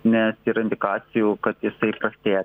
nes yra indikacijų kad jisai prastėja